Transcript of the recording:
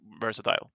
versatile